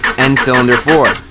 and cylinder four.